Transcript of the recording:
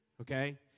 Okay